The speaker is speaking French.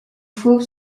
fauve